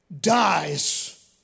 dies